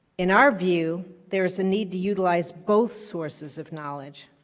in our view there's a need to utilize both sources of knowledge.